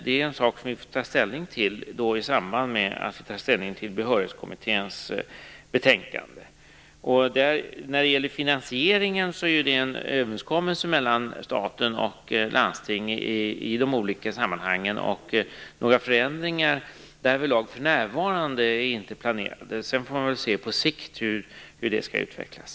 Det är en sak som vi får bestämma i samband med att vi tar ställning till Behörighetskommitténs betänkande. Finansieringen är en överenskommelse mellan staten och landstingen i de olika sammanhangen, och några förändringar därvidlag är för närvarande inte planerade. Man får se på sikt hur det skall utvecklas.